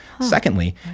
Secondly